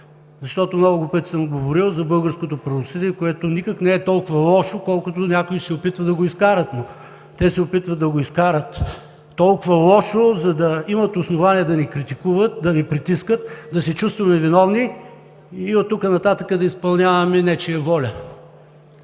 Много пъти съм говорил за българското правосъдие, което никак не е толкова лошо, колкото някои се опитват да го изкарат. Опитват се да го изкарат толкова лошо, за да имат основание да ни критикуват, да ни притискат, да се чувстваме виновни и оттук нататък да изпълняваме нечия воля.